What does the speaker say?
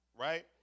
right